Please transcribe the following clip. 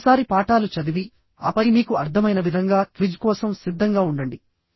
మరోసారి పాఠాలు చదివి ఆపై మీకు అర్థమైన విధంగా క్విజ్ కోసం సిద్ధంగా ఉండండి